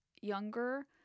younger